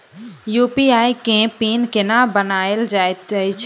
UPI केँ PIN केना बनायल जाइत अछि